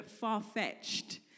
far-fetched